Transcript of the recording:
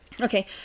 okay